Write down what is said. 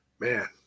Man